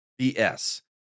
BS